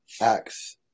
acts